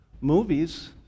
movies